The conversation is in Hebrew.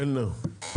קלנר.